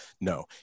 No